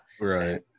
Right